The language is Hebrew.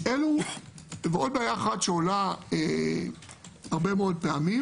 עוד בעיה אחת שעולה הרבה מאוד פעמים